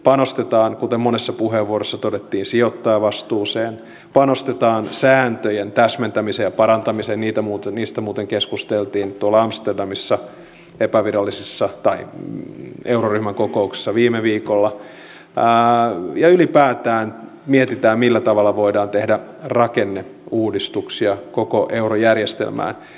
panostetaan kuten monessa puheenvuorossa todettiin sijoittajavastuuseen panostetaan sääntöjen täsmentämiseen ja parantamiseen niistä muuten keskusteltiin tuolla amsterdamissa epävirallisissa euroryhmän kokouksissa viime viikolla ja ylipäätään mietitään millä tavalla voidaan tehdä rakenneuudistuksia koko eurojärjestelmään